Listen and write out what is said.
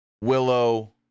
Willow